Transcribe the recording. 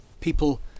people